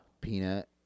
Peanut